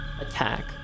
attack